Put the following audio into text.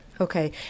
Okay